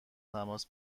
تماس